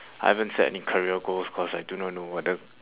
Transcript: I haven't set any career goals cause I do not know what the